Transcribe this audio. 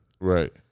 Right